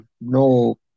no